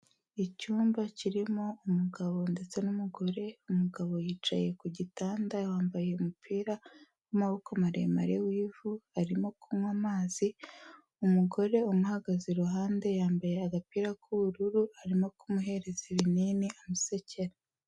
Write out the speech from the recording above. Icyumba kirimo umugabo ndetse n'umugore, umugabo yicaye ku gitanda, wambaye umupira w'amaboko maremare w'ivu, arimo kunywa amazi, umugore umuhagaze iruhande yambaye agapira k'ubururu, arimo kumuhereza ibinini amusekera.